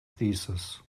thesis